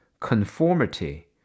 conformity